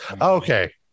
Okay